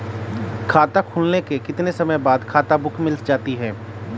खाता खुलने के कितने समय बाद खाता बुक मिल जाती है?